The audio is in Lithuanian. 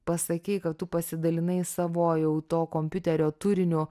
pasakei kad tu pasidalinai savo jau to kompiuterio turiniu